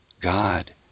God